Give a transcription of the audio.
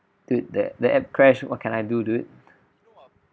dude the the app crashed what can I do dude